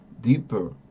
Deeper